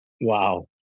Wow